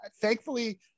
thankfully